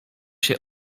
się